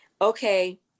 okay